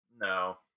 No